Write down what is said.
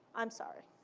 i'm sorry.